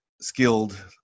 skilled